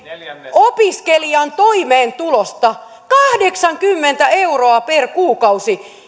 opiskelijan toimeentulosta kahdeksankymmentä euroa per kuukausi